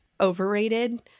overrated